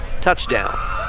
touchdown